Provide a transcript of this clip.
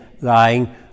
lying